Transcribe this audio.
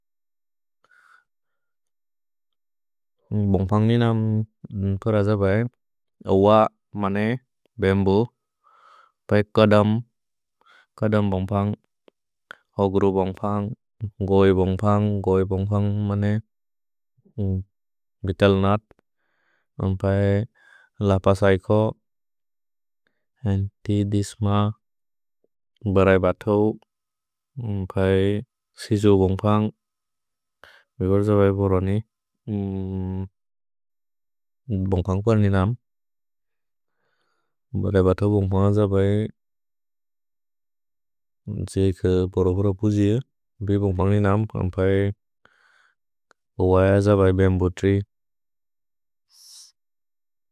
भोन्ग्पन्ग् नि नम् प्रज पए अव मने बेम्बु, पए कदम्। कदम् बोन्ग्पन्ग्, होग्रु बोन्ग्पन्ग्, गोइ बोन्ग्पन्ग्, गोइ। भोन्ग्पन्ग् मने बितेल्नत्। अम्पए लपसैको, अन्तिदिस्म, बरै बतौ। अम्पए सिजु बोन्ग्पन्ग्। भिहोर् ज पए पोरोनि, बोन्ग्पन्ग् कुअ नि नम्। भरै बतौ बोन्ग्पन्ग् ज पए जेक् पोरोपुर पुजि, बिहोर् बोन्ग्पन्ग् नि नम्। अम्पए अव ज पए बेम्बु त्रि।